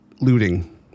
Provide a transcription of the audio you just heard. looting